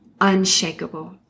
unshakable